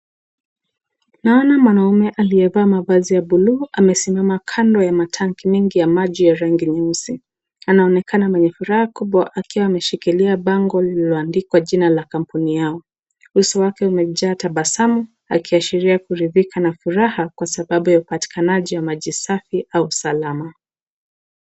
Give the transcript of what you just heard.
Naona mwanaume aliyevaa mavazi ya blue amesimama kando ya matanki ming ya rangi ya nyeusi, anaonekana mwenye furaha kubwa akiwa ameshikilia bango liloandikwa jina la kampuni yao, uso wake umejaa tabasamu akiashiria kuridhika na furaha kwa sababu ya upatikanaji wa maji safi au salama.